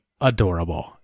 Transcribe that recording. adorable